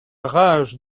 rage